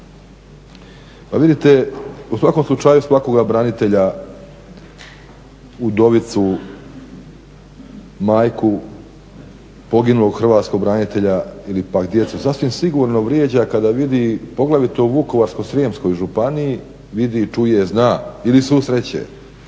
Pa vidite, u svakom slučaju svakoga branitelja, udovicu, majku, poginulog Hrvatskog branitelja ili pak djece, sasvim sigurno vrijeđa kada vidi, poglavito u Vukovarsko-srijemskoj županiji, vidi, čuje, zna ili susreće